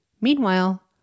Meanwhile